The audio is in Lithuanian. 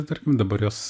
tarkim dabar jos